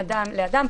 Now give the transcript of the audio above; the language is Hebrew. בין אדם לאדם,